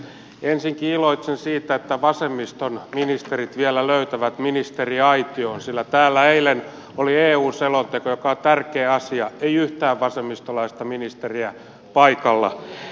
ensinkin iloitsen siitä että vasemmiston ministerit vielä löytävät ministeriaitioon sillä täällä eilen oli eu selonteko joka on tärkeä asia ei yhtään vasemmistolaista ministeriä paikalla